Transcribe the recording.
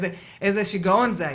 איזה שגעון זה היה.